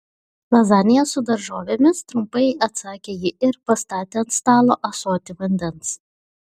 lazanija su daržovėmis trumpai atsakė ji ir pastatė ant stalo ąsotį vandens